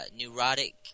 Neurotic